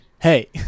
hey